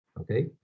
Okay